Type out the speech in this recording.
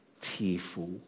tearful